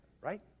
right